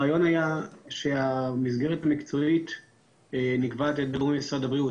הרעיון היה שהמסגרת המקצועית נקבעת על ידי משרד הבריאות.